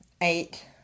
eight